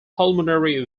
pulmonary